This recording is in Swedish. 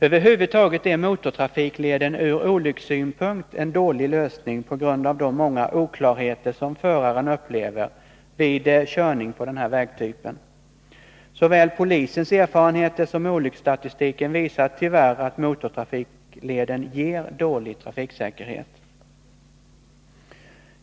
Över huvud taget är motortrafikleden ur olyckssynpunkt en dålig lösning på grund av de många oklarheter som föraren upplever vid körning på den här vägtypen. Såväl polisens erfarenheter som olycksstatistiken visar tyvärr att motortrafikleden ger dålig trafiksäkerhet.